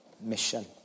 mission